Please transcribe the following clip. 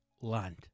land